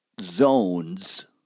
Zones